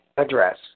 Address